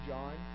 John